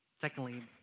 Secondly